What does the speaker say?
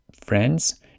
friends